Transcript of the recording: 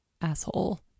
asshole